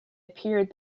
appeared